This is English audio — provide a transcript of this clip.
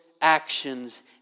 actions